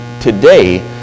today